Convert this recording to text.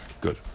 Good